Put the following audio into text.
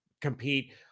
compete